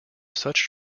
such